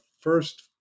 first